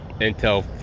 Intel